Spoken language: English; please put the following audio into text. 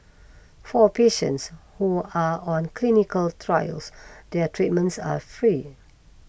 for patients who are on clinical trials their treatments are free